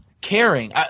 caring